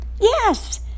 yes